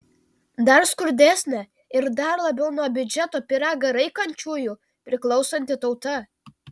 dar skurdesnė ir dar labiau nuo biudžeto pyragą raikančiųjų priklausanti tauta